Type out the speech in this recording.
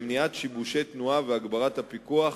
למניעת שיבושי תנועה והגברת הפיקוח